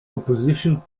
opposition